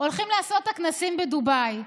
הולכים לעשות את הכנסים בדובאי.